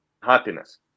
happiness